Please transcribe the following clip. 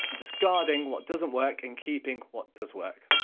discarding what doesn't work and keeping what does work.